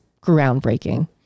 groundbreaking